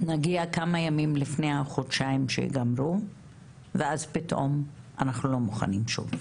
נגיע כמה ימים לפני החודשיים שייגמרו ואז פתאום אנחנו לא מוכנים שוב,